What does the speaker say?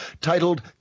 titled